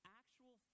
actual